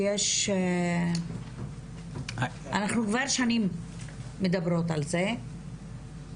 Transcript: שאנחנו כבר שנים מדברות על זה,